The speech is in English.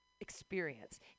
experience